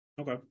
Okay